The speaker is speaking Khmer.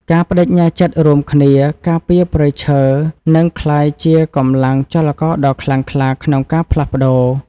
ការប្តេជ្ញាចិត្តរួមគ្នាការពារព្រៃឈើនឹងក្លាយជាកម្លាំងចលករដ៏ខ្លាំងក្លាក្នុងការផ្លាស់ប្តូរ។